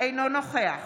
אינו נוכח